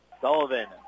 Sullivan